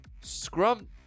Scrum